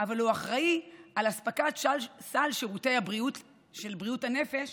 אבל הוא אחראי לאספקת סל שירותי הבריאות של בריאות הנפש